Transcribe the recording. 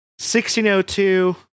1602